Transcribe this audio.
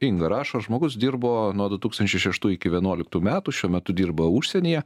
inga rašo žmogus dirbo nuo du tūkstančiai šeštų iki vienuoliktų metų šiuo metu dirba užsienyje